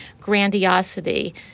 grandiosity